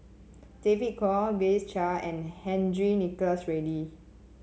David Kwo Grace Chia and Henry Nicholas Ridley